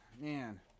Man